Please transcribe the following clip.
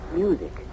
music